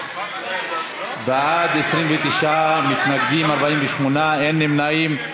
בעד, 29, נגד, 48, אין נמנעים.